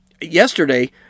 yesterday